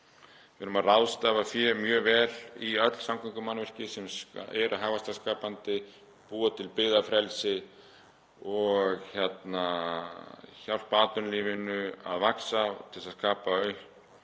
Við erum að ráðstafa fé mjög vel í öll samgöngumannvirki sem eru hagvaxtarskapandi, búa til byggðafrelsi og hjálpa atvinnulífinu að vaxa til þess að skapa aukna